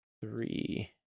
three